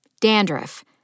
Dandruff